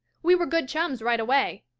we were good chums right way.